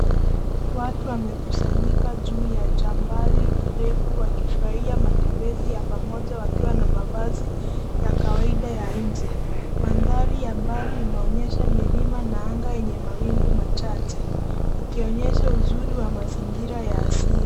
Watu wamekusanyika juu ya jabali refu wakifurahia matembezi ya pamoja wakiwa na mavazi ya kawaida ya nje. Mandhari ya mbali inaonyesha milima na anga yenye mawingu macache, ikionyesha uzuri wa mazingira ya asili.